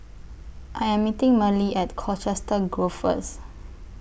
I Am meeting Merle At Colchester Grove First